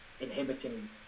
inhibiting